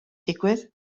digwydd